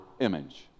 image